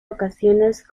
ocasiones